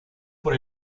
por